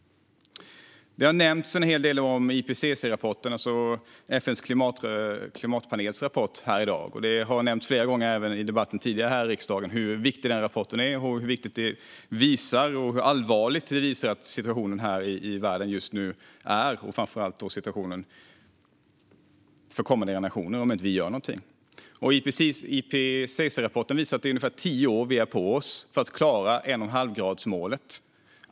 Det har nämnts en hel del i dag om IPCC-rapporten, alltså FN:s klimatpanels rapport. Det har nämnts flera gånger även tidigare här i riksdagen hur viktig den rapporten är. Den visar hur allvarlig situationen i världen just nu är och framför allt hur allvarlig situationen är för kommande generationer om vi inte gör någonting. IPCC-rapporten visar att vi har ungefär tio år på oss att klara målet om en och en halv grad.